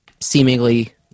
seemingly